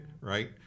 right